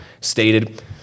stated